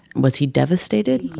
was he devastated?